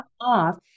off